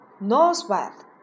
northwest